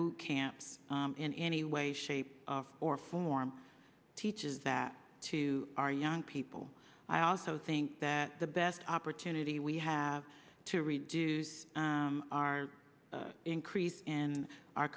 bootcamps in any way shape or form teaches that to our young people i also think that the best opportunity we have to reduce our increase in our